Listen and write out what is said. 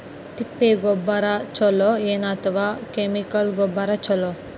ತಿಪ್ಪಿ ಗೊಬ್ಬರ ಛಲೋ ಏನ್ ಅಥವಾ ಕೆಮಿಕಲ್ ಗೊಬ್ಬರ ಛಲೋ?